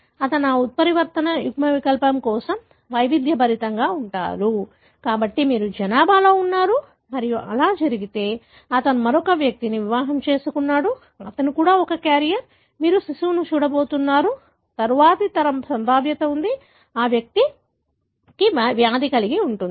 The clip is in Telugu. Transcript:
అతను ఆ ఉత్పరివర్తన యుగ్మవికల్పం కోసం వైవిధ్యభరితంగా ఉంటాడు కాబట్టి మీరు జనాభాలో ఉన్నారు మరియు అలా జరిగితే అతను మరొక వ్యక్తిని వివాహం చేసుకున్నాడు అతను కూడా ఒక క్యారియర్ మీరు శిశువును చూడబోతున్నారు తరువాతి తరం సంభావ్యత ఉంది ఆ వ్యక్తి వ్యాధి కలిగి ఉంటుంది